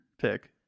pick